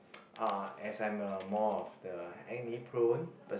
uh as I'm more of the acne prone per~